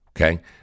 Okay